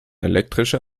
elektrische